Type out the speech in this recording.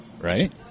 right